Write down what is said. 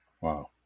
Wow